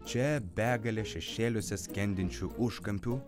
čia begalė šešėliuose skendinčių užkampių